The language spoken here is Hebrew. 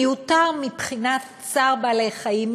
מיותר מבחינת צער בעלי-חיים,